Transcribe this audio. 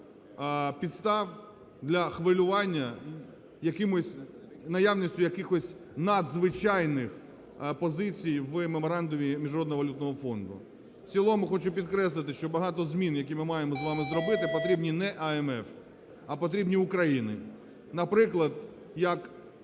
підстав для хвилювання якимись… наявністю якихось надзвичайних позицій в Меморандумі Міжнародного валютного фонду. В цілому хочу підкреслити, що багато змін, які ми маємо з вами зробити, потрібні не IMF, потрібні Україні, наприклад, як